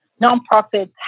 nonprofits